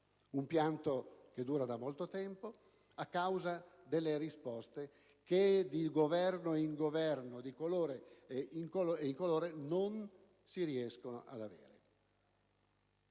un pianto che dura da molto tempo a causa delle risposte che di Governo in Governo, di colore in colore, non si riescono ad avere.